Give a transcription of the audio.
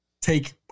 take